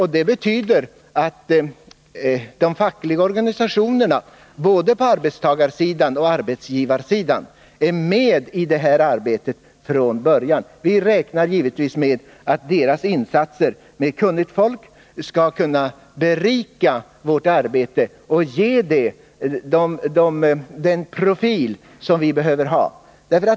Detta betyder att de fackliga organisationerna, både på arbetstagarsidan och på arbetsgivarsidan, är med i detta arbete från början. Vi räknar givetvis med att deras insatser och deras kunnighet skall kunna berika vårt arbete och ge det den profil som är nödvändig.